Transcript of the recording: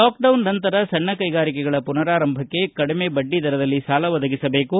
lockdown ನಂತರ ಸಣ್ಣ ಕೈಗಾರಿಕೆಗಳ ಮನಾರಂಭಕ್ಕೆ ಕಡಿಮೆ ಬಡ್ಡಿದರದಲ್ಲಿ ಸಾಲ ಒದಗಿಸಬೇಕು